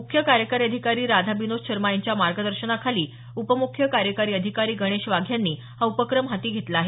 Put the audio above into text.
मुख्य कार्यकारी अधिकारी राधाबिनोद शर्मा यांच्या मार्गदर्शनाखाली उपमुख्य कार्यकारी अधिकारी गणेश वाघ यांनी हा उपक्रम हाती घेतला आहे